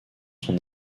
son